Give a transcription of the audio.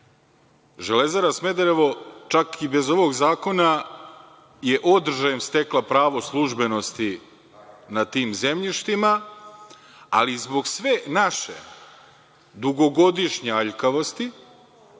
„Železara“ Smederevo, čak i bez ovog zakona, je održajem stekla pravo službenosti nad tim zemljištem, ali zbog sve naše dugogodišnje aljkavosti,